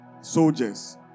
soldiers